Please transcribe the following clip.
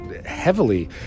heavily